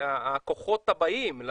את הכוחות הבאים,